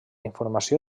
informació